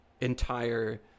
entire